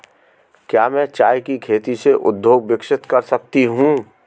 क्या मैं चाय की खेती से उद्योग विकसित कर सकती हूं?